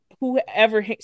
whoever